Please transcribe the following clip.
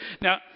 Now